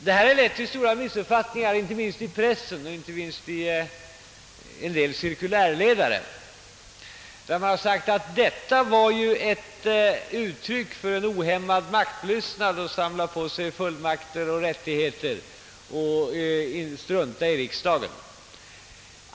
Detta har lett till stora missuppfattningar i pressen, inte minst i en del cirkulärledare, där det gjorts gällande att det är ett uttryck för ohämmad maktlystnad att samla på sig en massa fullmakter och rättigheter och att strunta i riksdagen.